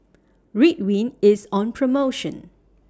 Ridwind IS on promotion